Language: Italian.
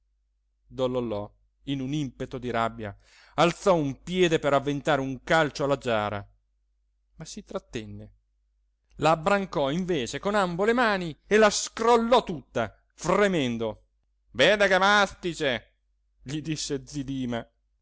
lollò in un impeto di rabbia alzò un piede per avventare un calcio alla giara ma si trattenne la abbrancò invece con ambo le mani e la scrollò tutta fremendo vede che mastice gli disse zi dima